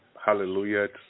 hallelujah